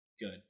good